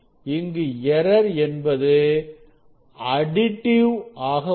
இங்கு எரர் என்பது அடிடிவ் ஆக உள்ளது